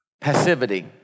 passivity